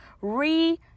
re-